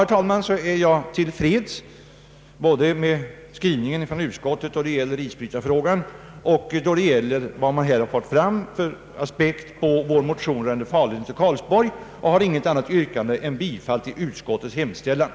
Som jag redan anfört är jag till freds både med utskottets skrivning vad gäller isbrytarfrågan och då det gäller den aspekt man fått fram på vår motion rörande farleden till Karlsborg. Jag har inget annat yrkande än om bifall till utskottets hemställan.